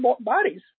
bodies